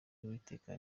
y’uwiteka